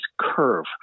curve